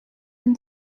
and